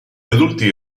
adulti